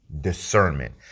discernment